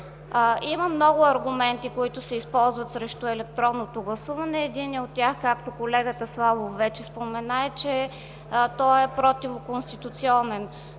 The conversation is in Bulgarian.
Има много аргументи, които се използват срещу електронното гласуване. Единият от тях, както колегата Славов вече спомена, е, че той е противоконституционен,